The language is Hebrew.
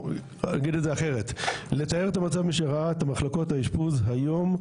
לתאר את המצב מי שראה את מחלקות האשפוז היום,